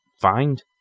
find